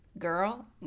Girl